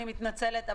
אני מתנצלת,